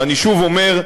ואני שוב אומר,